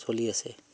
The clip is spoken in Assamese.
চলি আছে